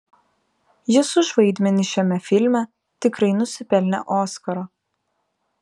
jis už vaidmenį šiame filme tikrai nusipelnė oskaro